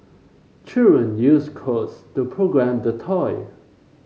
children used codes to program the toy